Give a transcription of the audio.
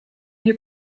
you